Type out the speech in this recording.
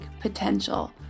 potential